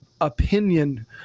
opinion